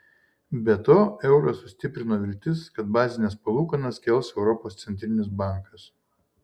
be to eurą sustiprino viltis kad bazines palūkanas kels europos centrinis bankas